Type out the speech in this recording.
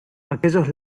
aquellos